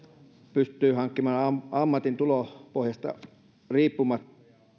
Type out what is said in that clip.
pystyy hankkimaan ammatin tulopohjasta riippumatta